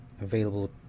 available